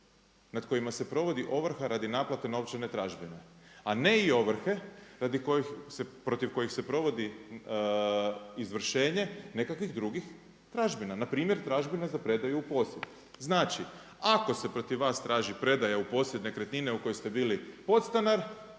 nad kojima se provodi ovrha radi naplate novčane tražbine, a ne i ovrhe protiv kojih se provodi izvršenje nekakvih drugih tražbina, npr. tražbina za predaju u posjed. Znači, ako se protiv vas traži predaja u posjed nekretnine u kojoj ste bili podstanar